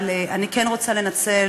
אבל אני כן רוצה לנצל